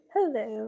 Hello